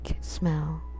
smell